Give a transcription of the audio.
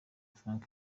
frank